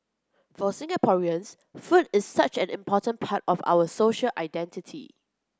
for Singaporeans food is such an important part of our social identity